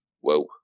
whoa